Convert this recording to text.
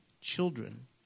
children